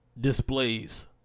Displays